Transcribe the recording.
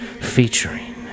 featuring